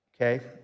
Okay